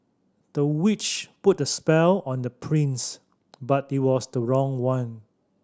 the witch put a spell on the twins but it was the wrong one